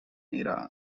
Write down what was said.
era